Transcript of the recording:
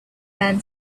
man